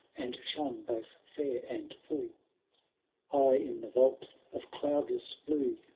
and shone both fair and full high in the vault of cloudless blue,